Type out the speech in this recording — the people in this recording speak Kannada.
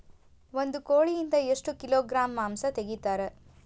ಒಂದು ಕೋಳಿಯಿಂದ ಎಷ್ಟು ಕಿಲೋಗ್ರಾಂ ಮಾಂಸ ತೆಗಿತಾರ?